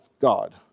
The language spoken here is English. God